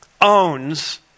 owns